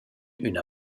üna